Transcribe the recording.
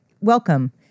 welcome